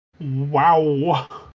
Wow